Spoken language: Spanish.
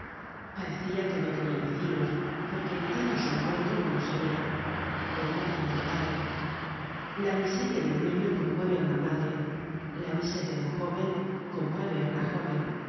parecía que no tenia vecinos porque evitaban su encuentro cuando salia él lo habia notado la miseria de un niño conmueve á una madre la miseria de un jóven conmueve á una jóven